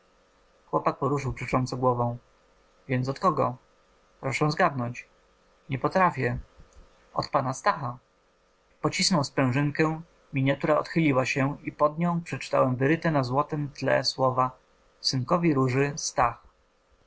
chłopak poruszył przecząco głową więc od kogo proszę zgadnąć nie potrafię od pana stacha pocisnął sprężynkę miniatura odchyliła się i pod nią przeczytałem wyryte na złotem tle słowa synkowi róży stach